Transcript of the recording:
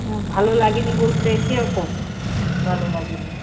ভালো লাগে নি বলতে কীরকম ভালো লাগে নি